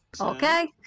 Okay